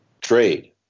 trade